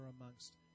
amongst